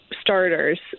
starters